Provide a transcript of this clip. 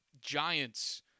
Giants